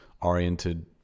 oriented